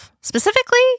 Specifically